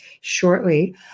shortly